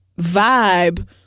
vibe